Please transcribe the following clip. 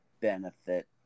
benefit